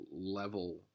level